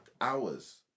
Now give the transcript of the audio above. hours